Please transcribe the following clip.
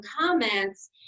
comments